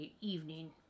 evening